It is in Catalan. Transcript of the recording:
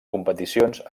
competicions